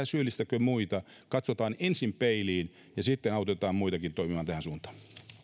syyllistäkö muita katsotaan ensin peiliin ja autetaan sitten muitakin toimimaan tähän suuntaan